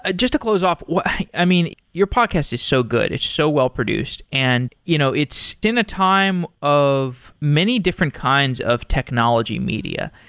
ah just to close off, i mean, your podcast is so good. it's so well produced, and you know it's been a time of many different kinds of technology media.